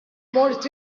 mort